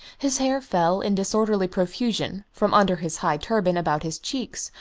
his hair fell in disorderly profusion from under his high turban about his cheeks,